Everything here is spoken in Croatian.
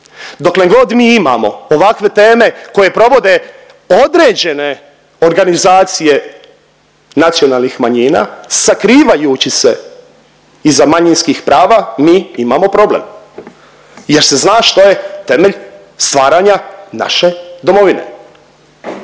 Doklen god mi imamo ovakve teme koje provode određene organizacije nacionalnih manjina sakrivajući se iza manjinskih prava mi imamo problem jer se zna što je temelj stvaranja naše domovine.